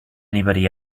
anybody